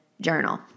journal